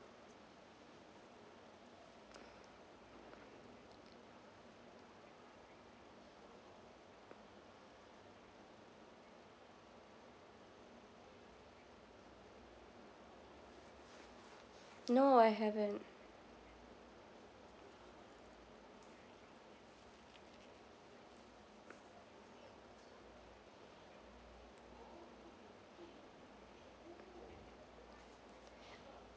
no I haven't